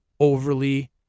overly